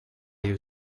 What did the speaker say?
you